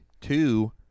two